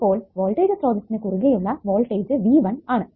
അപ്പോൾ വോൾട്ടേജ് സ്രോതസ്സിനു കുറുകെ ഉള്ള വോൾടേജ് V1 ആണ്